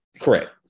Correct